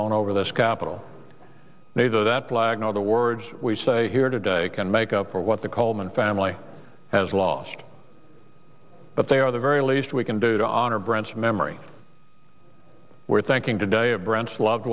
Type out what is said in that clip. flown over this capital neither that flag nor the words we say here today can make up for what the coleman family has lost but they are the very least we can do to honor brent's memory we're thinking today of branch loved